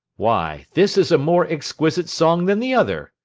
why, this is a more exquisite song than the other.